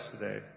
today